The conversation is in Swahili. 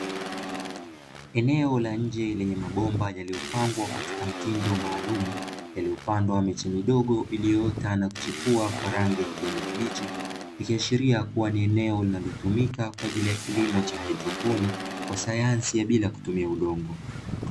Eneo la nje lenye mabomba yaliopangwa katika mtindo maalumu, yalipopandwa miche midogo iliyoota na kuchipua kwa rangi ya kijani kibichi. Ikiashiria kuwa ni eneo linalotumika kwajili ya kilimo cha haidroponi, kwa sayansi bila kutumia udongo.